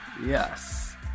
Yes